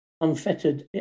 unfettered